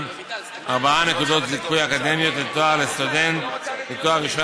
ארבע נקודות זיכוי אקדמיות לתואר לסטודנט לתואר ראשון